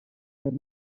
per